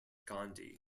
gandhi